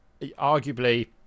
arguably